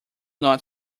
not